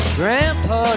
grandpa